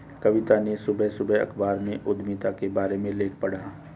कविता ने सुबह सुबह अखबार में उधमिता के बारे में लेख पढ़ा